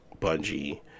Bungie